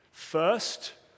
first